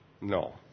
No